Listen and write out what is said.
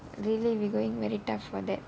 really we going very tough for that